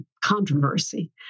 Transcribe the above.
controversy